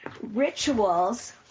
rituals